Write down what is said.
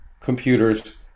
computers